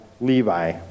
Levi